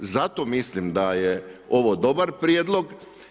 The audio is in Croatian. Zato mislim da je ovo dobar prijedlog.